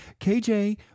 KJ